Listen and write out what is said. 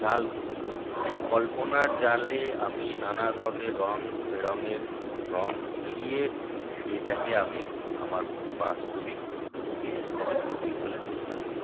জাল বুনি সেই কল্পনার জালে আমি নানা ধরনের রঙ বেরঙের রঙ মিশিয়ে সেইটাকে আমি আমার বাস্তবিক রূপ দিয়ে সেটাকে ফুটিয়ে তোলার চেষ্টা করি